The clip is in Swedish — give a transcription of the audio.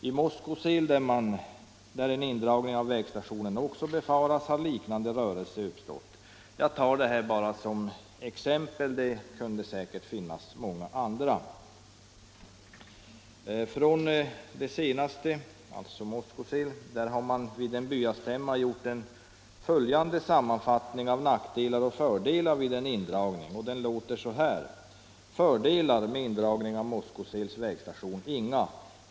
I Moskosel, där en indragning av vägstationen också kan befaras, har en liknande rörelse uppstått. Jag nämner detta bara som exempel. Det finns säkert många andra. I Moskosel har man vid en byastämma gjort följande sammanfattning av nackdelar och fördelar med en indragning: Fördelar med indragning av Moskosels vägstation: Inga.